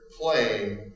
playing